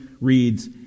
reads